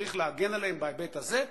צריך להגן עליהם בהיבט הזה,